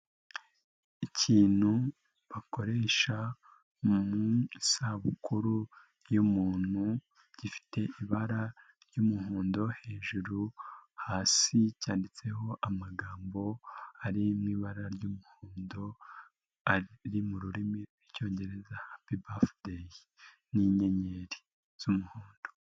Ikintu bakoresha mu isabukuru y'umuntu, gifite ibara ry'umuhondo hejuru, hasi cyanditseho amagambo ari mu ibara ry'umuhondo, mu rurimi rw'icyongereza, happy birthday. N'inyenyeri z'umuhondo.